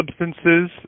substances